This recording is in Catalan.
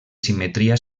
simetria